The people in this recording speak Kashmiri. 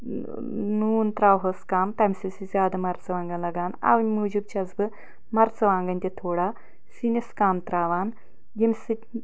نوٗن ترٛاوہوس کم تَمہِ سۭتۍ چھِ زیادٕ مَرژٕوانٛگن لگان اؤے موٗجوب چھیٚس بہٕ مَرژٕوانٛگن تہِ تھوڑا سِنِس کم ترٛاوان ییٚمہِ سۭتۍ